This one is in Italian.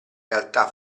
realtà